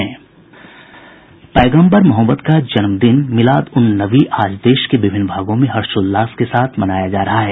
पैगम्बर मोहम्मद का जन्मदिन मिलाद उन नबी आज देश के विभिन्न भागों में हर्षोल्लास के साथ मनाया जा रहा है